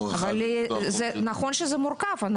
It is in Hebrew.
נכון שזה מורכב,